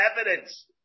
evidence